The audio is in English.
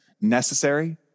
necessary